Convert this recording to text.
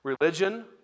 Religion